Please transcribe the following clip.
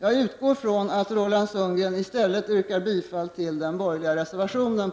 Jag utgår från att Roland Sundgren i stället yrkar bifall till den borgerliga reservationen.